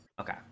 Okay